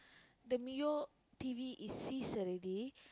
the Mio T_V is ceased already